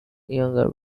younger